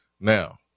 now